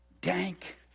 dank